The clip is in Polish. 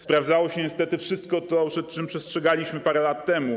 Sprawdziło się niestety wszystko to, przed czym przestrzegaliśmy parę lat temu.